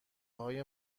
های